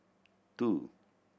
two